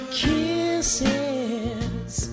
kisses